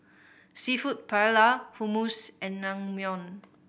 Seafood Paella Hummus and Naengmyeon